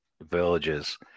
Villages